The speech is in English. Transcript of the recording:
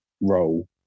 role